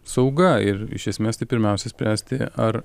sauga ir iš esmės tai pirmiausia spręsti ar